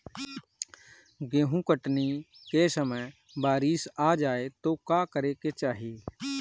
गेहुँ कटनी के समय बारीस आ जाए तो का करे के चाही?